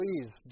please